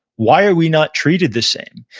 why are we not treated the same?